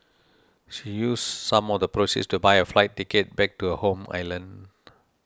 she used some of the proceeds to buy a flight ticket back to her home island